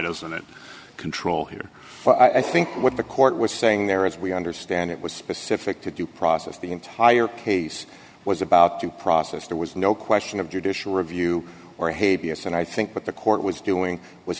doesn't it control here i think what the court was saying there as we understand it was specific to due process the entire case was about the process there was no question of judicial review or hey b s and i think what the court was doing was